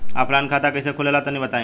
Offline खाता कइसे खुले ला तनि बताई?